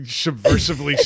subversively